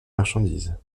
marchandises